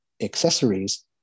accessories